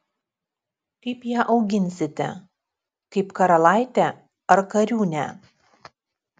kaip ją auginsite kaip karalaitę ar kariūnę